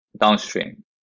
downstream